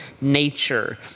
nature